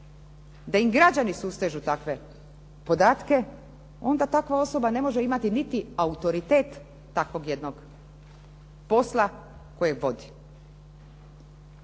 da im građani sustežu takve podatke onda takva osoba ne može imati niti autoritet takvog jednog posla kojeg vodi.